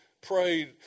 prayed